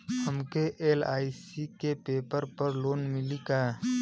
हमके एल.आई.सी के पेपर पर लोन मिली का?